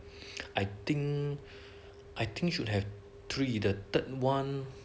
I think I think should have three the third one